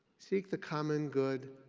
seek the common good.